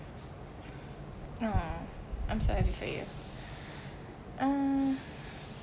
!aww! I'm sorry for you uh